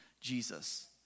Jesus